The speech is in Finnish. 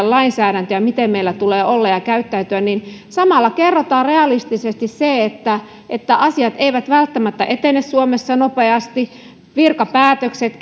lainsäädäntö ja miten meillä tulee olla ja käyttäytyä niin samalla kerrotaan realistisesti se että että asiat eivät välttämättä etene suomessa nopeasti virkapäätökset